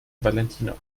valentina